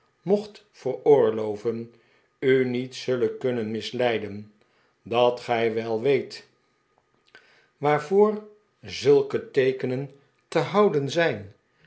mocht veroorloven u niet zullen kunnen misleiden dat gij wel weet waarvoor zulke teekenen te houden zijn